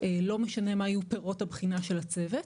לא משנה מה יהיו פירות הבחינה של הצוות,